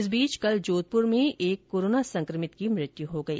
इस बीच कल जोधपुर में एक कोरोना संक्रमित की मृत्यु हो गई